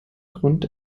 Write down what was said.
grund